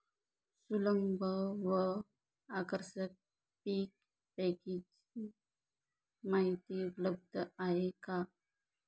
सुलभ व आकर्षक पीक पॅकेजिंग माहिती उपलब्ध आहे का?